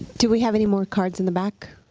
do we have any more cards in the back?